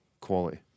quality